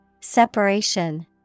Separation